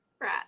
Right